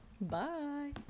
bye